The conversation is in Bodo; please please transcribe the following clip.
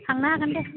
थांनो हागोन दे